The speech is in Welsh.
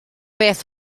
beth